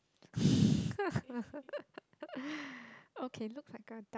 okay looks like a duck